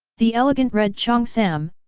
the elegant red cheongsam,